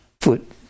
foot